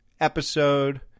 episode